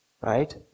Right